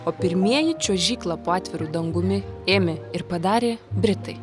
o pirmieji čiuožyklą po atviru dangumi ėmė ir padarė britai